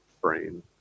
brain